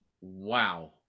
Wow